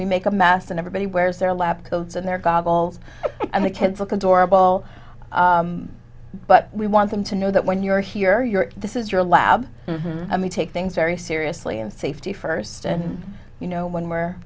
we make a mass and everybody wears their lab coats and their goggles and the kids look adorable but we want them to know that when you're here you're this is your lab and we take things very seriously and safety first and you know when we're